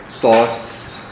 thoughts